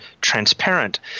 transparent